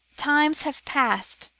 times have passed,